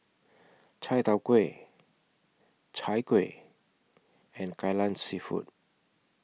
Chai Tow Kuay Chai Kuih and Kai Lan Seafood